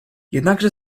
jednakże